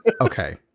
Okay